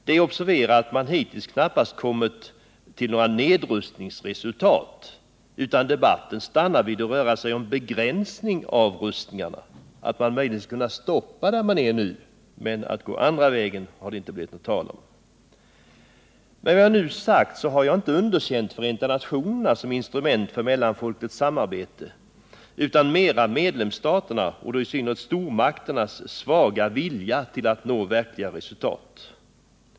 Det är att observera att man hittills knappast kommit fram till några nedrustningsresultat, utan debatten stannar vid att röra sig om begränsning av rustningarna. Man skulle alltså möjligen kunna stoppa vid den nivå som man nu har, men att verkligen åstadkomma en nedrustning är det inte tal om. Med vad jag nu sagt har jag inte underkänt Förenta nationerna som instrument för mellanfolkligt samarbete utan mera medlemsstaternas och då i synnerhet stormakternas svaga vilja att nå verkliga resultat.